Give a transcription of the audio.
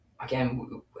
again